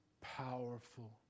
powerful